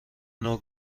نوع